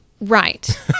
right